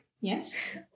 Yes